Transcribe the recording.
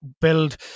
build